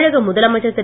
தமிழக முதலமைச்சர் திரு